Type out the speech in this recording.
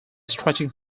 stretching